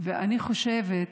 ואני חושבת,